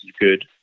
good